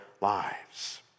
lives